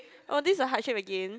oh this the hardship again